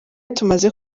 tumaze